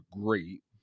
great